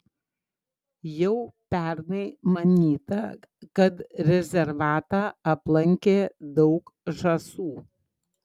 jau pernai manyta kad rezervatą aplankė daug žąsų